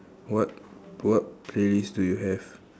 what what playlist do you have